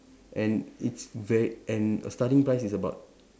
and it's ve and err starting price is about